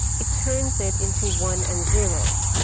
it turns it into one and zeros.